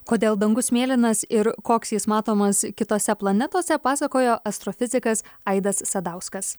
kodėl dangus mėlynas ir koks jis matomas kitose planetose pasakojo astrofizikas aidas sadauskas